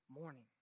morning